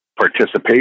participation